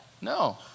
No